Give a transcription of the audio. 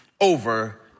over